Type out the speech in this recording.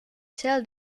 sell